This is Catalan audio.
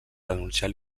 denunciar